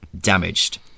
damaged